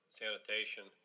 sanitation